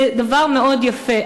זה דבר מאוד יפה,